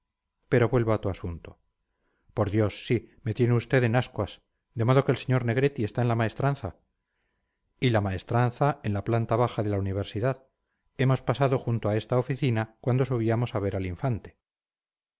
pero vuelvo a tu asunto por dios sí me tiene usted en ascuas de modo que el sr negretti está en la maestranza y la maestranza en la planta baja de la universidad hemos pasado junto a esta oficina cuando subíamos a ver al infante